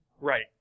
Right